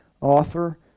author